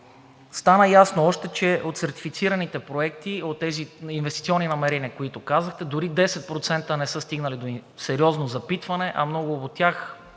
Стана ясно още, че от сертифицираните проекти, от тези инвестиционни намерения, които казахте, дори 10% не са стигнали до сериозно запитване, а много от тях,